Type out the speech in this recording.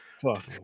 Fuck